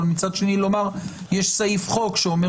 אבל מצד שני לומר: יש סעיף חוק שאומר